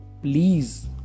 please